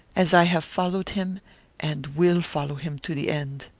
as i have followed him and will follow him to the end.